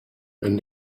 and